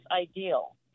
ideal